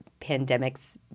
pandemics